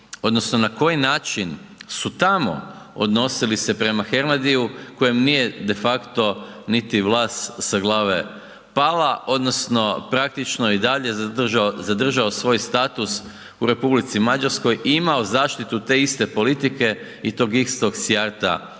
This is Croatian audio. odnosno na koji način su tamo odnosili se prema Hernadiju kojem nije de facto niti vlas sa glave pala odnosno praktično je i dalje zadržao svoj status u Republici Mađarskoj i imao zaštitu te iste politike i tog istog Sijarta